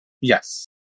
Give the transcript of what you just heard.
Yes